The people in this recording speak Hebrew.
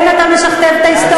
כן, אתה משכתב את ההיסטוריה.